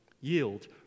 yield